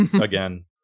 Again